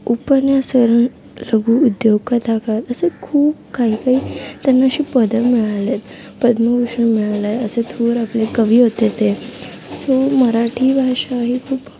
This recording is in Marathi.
उपन्यास रघुउद्योग कथाकार असं खूप काही पण त्यांना अशी पदं मिळाले आहेत पद्मभूषण मिळालं आहे असे थोर आपले कवी होते ते सो मराठी भाषा ही खूप